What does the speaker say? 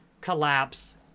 collapse